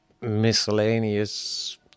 miscellaneous